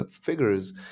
figures